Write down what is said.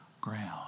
ground